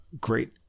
great